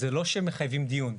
זה לא שמחייבים דיון.